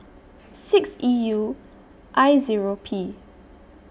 six E U I Zero P